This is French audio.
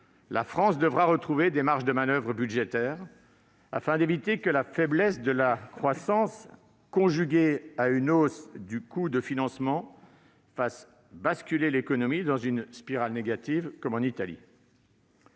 la France devra retrouver des marges de manoeuvre budgétaires, afin d'éviter que la faiblesse de la croissance, conjuguée à une hausse du coût de financement, ne fasse basculer l'économie dans une spirale négative, comme en Italie.